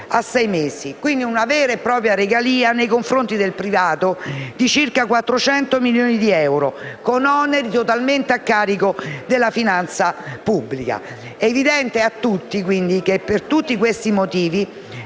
di una vera e propria regalia nei confronti del privato, di circa 400 milioni di euro, con oneri totalmente a carico della finanza pubblica. È evidente, quindi, che per tutti questi motivi